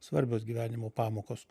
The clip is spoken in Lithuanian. svarbios gyvenimo pamokos